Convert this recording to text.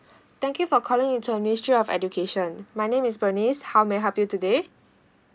thank you for calling into ministry of education my name is bernice how may I help you today